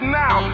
now